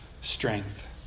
strength